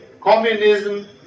communism